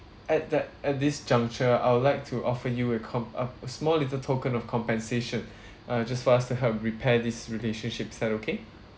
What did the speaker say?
at that at this juncture I would like to offer you a com~ uh a small little token of compensation uh just for us to help repair this relationship is that okay